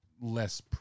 less